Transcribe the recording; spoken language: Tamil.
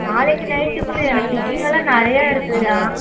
நாளைக்கு நைட்டுக்குள்ளேயே எனக்கு ஸ்டிச்சிங் வேலை நிறையா இருக்குதுடா